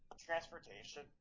transportation